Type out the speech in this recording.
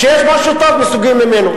כשיש משהו טוב נסוגים ממנו.